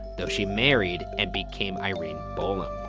though she married and became irene bolam.